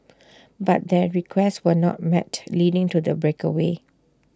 but their requests were not met leading to the breakaway